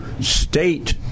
state